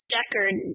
Deckard